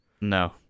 no